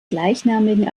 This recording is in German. gleichnamigen